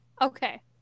Okay